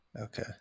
okay